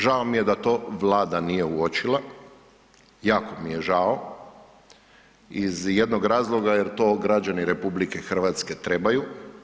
Žao mi je da to Vlada nije uočila, jako mi je žao, iz jednog razloga jer to građani RH trebaju.